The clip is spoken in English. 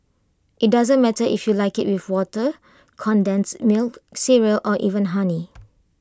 IT doesn't matter if you like IT with water condensed milk cereal or even honey